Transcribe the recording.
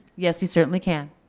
yes, we certainly can.